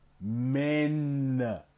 men